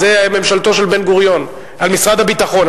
זו ממשלתו של בן-גוריון, על משרד הביטחון.